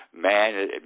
man